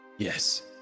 yes